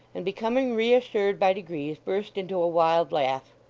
and, becoming reassured by degrees, burst into a wild laugh.